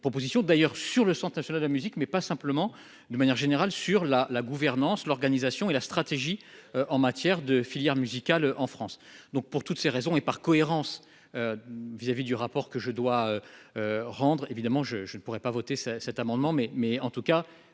proposition d'ailleurs sur le Centre national de la musique, mais pas simplement de manière générale sur la la gouvernance, l'organisation et la stratégie en matière de filière musicale en France, donc pour toutes ces raisons, et par cohérence vis-à-vis du rapport que je dois rendre évidemment je je ne pourrai pas voter, c'est cet amendement mais, mais, en tout cas